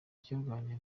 kirwanya